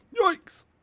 Yikes